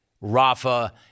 Rafa